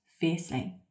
fiercely